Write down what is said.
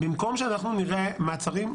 במקום שאנחנו נראה מעצרים,